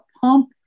pump